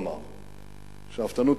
שאפתנות,